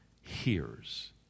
hears